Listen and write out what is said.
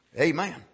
Amen